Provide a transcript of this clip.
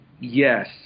Yes